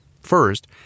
First